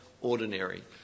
ordinary